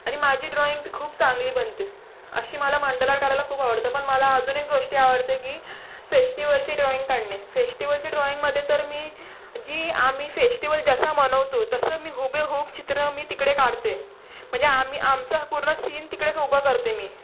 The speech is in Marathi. आणि माझी ड्रॉईंग तर खूप चांगली बनते अशी मला मंडला काढायला खूप आवडतं पण मला अजून एक गोष्टी आवडते की फेश्टीवलची ड्रॉईंग काढणे फेश्टीवलची ड्रॉईंगमधे तर मी जी आम्ही फेश्टीवल जसा मनवतो तसं मी हुबेहूब चित्र मी तिकडे काढते म्हणजे आम्ही आमचं पूर्ण सीन तिकडे क उभं करते मी